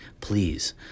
Please